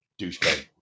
douchebag